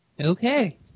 Okay